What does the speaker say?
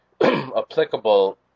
applicable